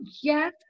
yes